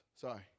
Sorry